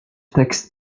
tekst